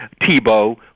Tebow